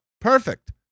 Perfect